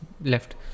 left